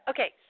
Okay